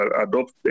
adopt